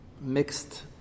mixed